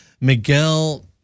Miguel